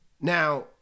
Now